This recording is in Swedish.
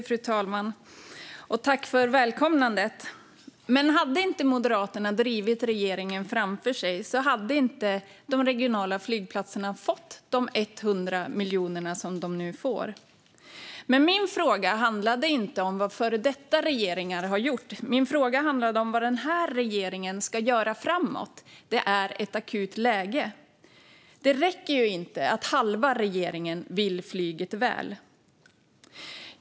Fru talman! Tack för välkomnandet, Tomas Eneroth! Men hade inte Moderaterna drivit regeringen framför sig hade de regionala flygplatserna inte fått de 100 miljoner de nu får. Min fråga handlade dock inte om vad före detta regeringar har gjort, utan min fråga handlade om vad den här regeringen ska göra framåt. Det är ett akut läge. Det räcker inte att halva regeringen vill flyget väl.